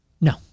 No